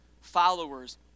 followers